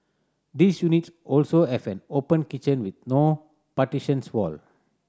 these units also have an open kitchen with no partitions wall